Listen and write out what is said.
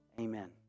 Amen